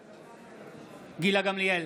בעד גילה גמליאל,